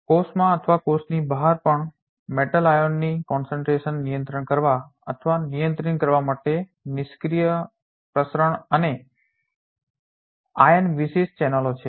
તેથી કોષમાં અથવા કોષની બહાર પણ મેટલ આયનોની કોન્સેન્ટ્રેશને concentration સાંદ્રતા નિયંત્રિત કરવા અથવા નિયમન કરવા માટે નિષ્ક્રિય પ્રસરણ અને આયન વિશિષ્ટ ચેનલો છે